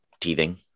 teething